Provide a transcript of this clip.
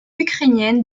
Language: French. ukrainienne